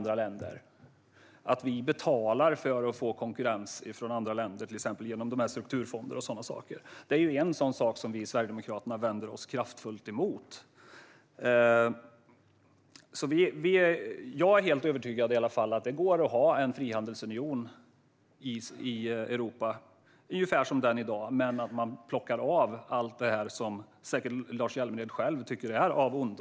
Att vi betalar för att få konkurrens från andra länder, till exempel genom strukturfonder och sådana saker, är en sådan sak som vi i Sverigedemokraterna vänder oss kraftfullt emot. Jag är helt övertygad om att det går att ha en frihandelsunion i Europa ungefär som den i dag men plocka bort allt detta, som säkert även Lars Hjälmered tycker är av ondo.